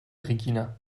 regina